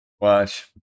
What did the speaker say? Watch